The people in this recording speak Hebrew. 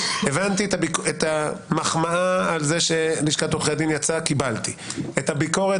את המחמאה על זה שלשכת עורכי הדין יצאה קיבלתי; את הביקורת